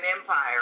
Empire